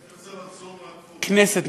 ראשית,